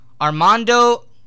Armando